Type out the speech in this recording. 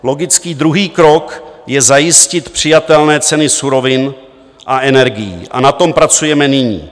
Logický druhý krok je zajistit přijatelné ceny surovin a energií a na tom pracujeme nyní.